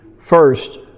first